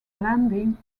landing